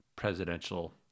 presidential